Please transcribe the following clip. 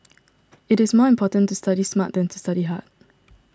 it is more important to study smart than to study hard